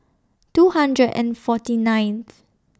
two hundred and forty ninth